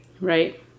Right